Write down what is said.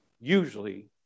usually